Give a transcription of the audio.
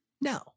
No